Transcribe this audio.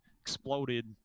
exploded